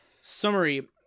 summary